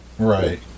Right